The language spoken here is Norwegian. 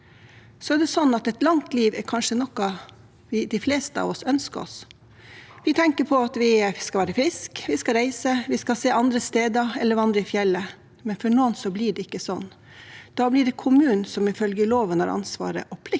Et langt liv er kanskje noe de fleste ønsker seg. Vi tenker at vi skal være friske, vi skal reise, vi skal se andre steder eller vandre i fjellet, men for noen blir det ikke sånn. Da blir det kommunen som ifølge loven har ansvar for og plikt